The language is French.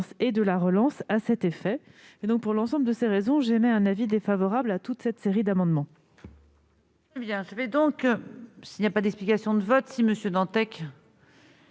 et de la relance à cet effet. Pour l'ensemble de ces raisons, j'émets un avis défavorable sur cette série d'amendements.